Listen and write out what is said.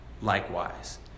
likewise